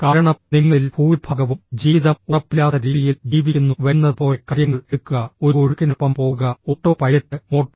കാരണം നിങ്ങളിൽ ഭൂരിഭാഗവും ജീവിതം ഉറപ്പില്ലാത്ത രീതിയിൽ ജീവിക്കുന്നു വരുന്നതു പോലെ കാര്യങ്ങൾ എടുക്കുക ഒരു ഒഴുക്കിനൊപ്പം പോകുക ഓട്ടോ പൈലറ്റ് മോഡ്